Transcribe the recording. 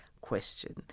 question